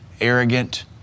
arrogant